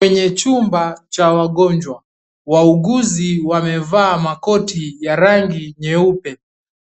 Hii ni chumba cha wagonjwa, wauguzi wamevaa makoti ya rangi nyeupe